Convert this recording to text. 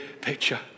picture